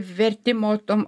vertimo tom